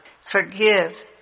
Forgive